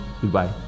Goodbye